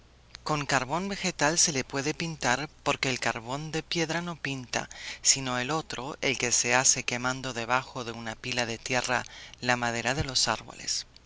con carbón vegetal se le puede pintar porque el carbón de piedra no pinta sino el otro el que se hace quemando debajo de una pila de tierra la madera de los árboles